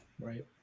Right